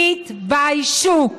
תתביישו.